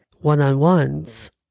one-on-ones